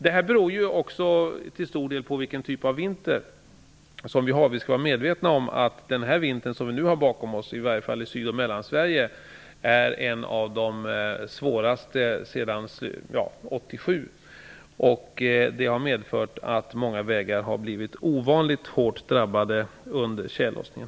Det beror till stor del också på vilken typ av vinter det blir. Vi skall vara medvetna om att den vinter som vi har bakom oss i Syd och Mellansverige var en av de svåraste sedan 1987, och det har medfört att många vägar har blivit ovanligt hårt drabbade under tjällossningen.